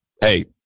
hey